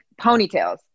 ponytails